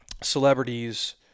celebrities